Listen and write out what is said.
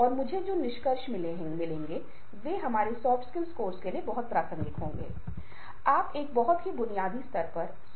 और जो व्यक्ति के पास स्व नियमन है उन्हें अस्पष्टता के साथ आराम है